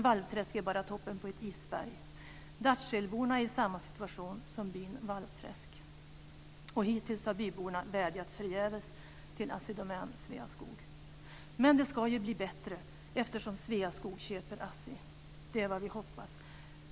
Valvträsk är bara toppen av ett isberg. Dartselborna är i samma situation som Valvträskborna. Hittills har byborna vädjat förgäves till Assi Domän och Sveaskog. Men det ska ju bli bättre, eftersom Sveaskog köpt Assi Domän. Det är vad vi hoppas.